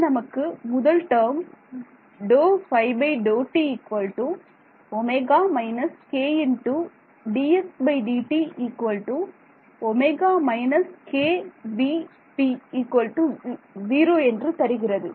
இது நமக்கு முதல் டேர்ம் என்று தருகிறது